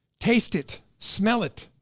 taste it, smell it